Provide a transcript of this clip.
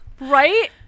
right